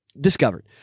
discovered